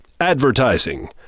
Advertising